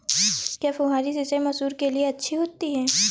क्या फुहारी सिंचाई मसूर के लिए अच्छी होती है?